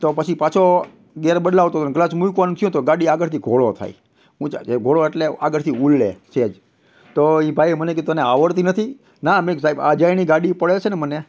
તો પછી પાછો ગેર બદલાવતો હતો ને ક્લચ મૂકવાનું થયું તો ગાડી આગળથી ઘોડો થઈ ઊંચા જે ઘોડો એટલે આગળથી ઉલળે સહેજ તો એ ભાઈએ મને કીધું તને આવડતી નથી ના મેં કીધું સાહેબ આ અજાણી ગાડી પડે છે ને મને